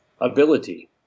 ability